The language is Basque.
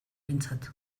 aintzat